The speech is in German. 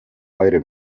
eure